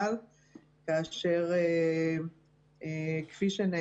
צורך של אותה יחידה לאותה תרומה ואנחנו מבינים שיש כאן מצ'ינג שהוא טוב,